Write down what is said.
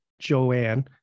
Joanne